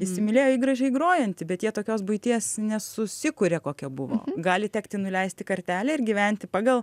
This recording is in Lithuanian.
įsimylėjo jį gražiai grojantį bet jie tokios buities nesusikuria kokia buvo gali tekti nuleisti kartelę ir gyventi pagal